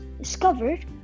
discovered